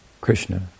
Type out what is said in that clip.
Krishna